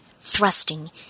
thrusting